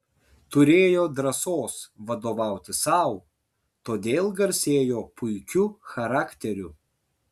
turėjo drąsos vadovauti sau todėl garsėjo puikiu charakteriu